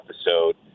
episode